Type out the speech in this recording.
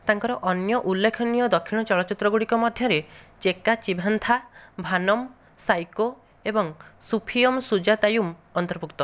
ତାଙ୍କର ଅନ୍ୟ ଉଲ୍ଲେଖନୀୟ ଦକ୍ଷିଣ ଚଳଚ୍ଚିତ୍ରଗୁଡ଼ିକ ମଧ୍ୟରେ ଚେକ୍କା ଚିଭାନ୍ତା ଭାନମ୍ ସାଇକୋ ଏବଂ ସୁଫିୟମ୍ ସୁଜାତାୟୁମ୍ ଅନ୍ତର୍ଭୁକ୍ତ